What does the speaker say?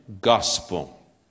gospel